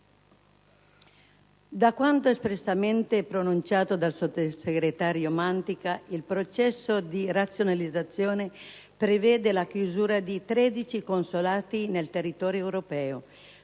Da quanto espressamente annunciato dal sottosegretario Mantica, il processo di razionalizzazione prevede la chiusura di 13 consolati nel territorio europeo,